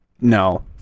No